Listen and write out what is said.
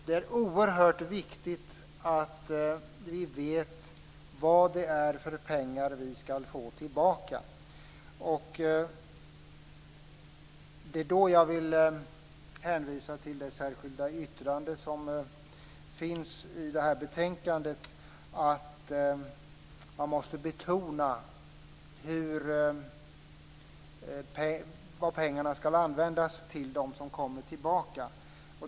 Det är oerhört viktigt att vi vet vad det är för pengar vi skall få tillbaka. Här vill jag hänvisa till det särskilda yttrande som finns fogat till betänkandet om att man måste betona vad de pengar som kommer tillbaka skall användas till.